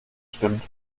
stimmt